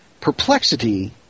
Perplexity